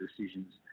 decisions